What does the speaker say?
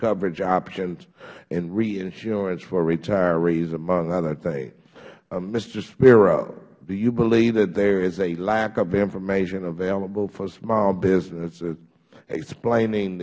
coverage options and reinsurance for retirees among other things mister spiro do you believe there is a lack of information available for small businesses explaining